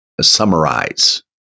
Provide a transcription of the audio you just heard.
summarize